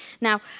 Now